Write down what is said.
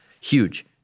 Huge